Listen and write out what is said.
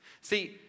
See